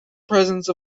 presence